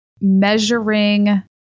measuring